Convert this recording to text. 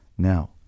Now